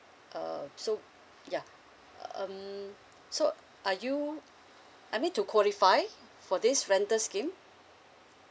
uh so ya um so are you I mean to qualify for this rental scheme